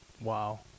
wow